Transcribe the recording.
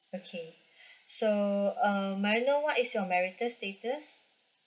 okay so um may I know what is your marital status